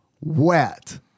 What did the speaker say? wet